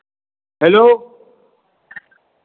hello